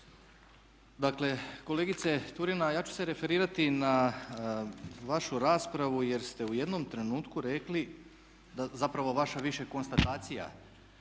Dakle, kolegice Turina ja ću se referirati na vašu raspravu jer ste u jednom trenutku rekli da, zapravo vaša više konstatacija,